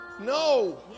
no